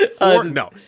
no